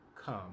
come